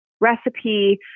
recipe